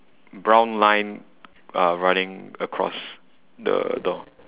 brown line uh running across the door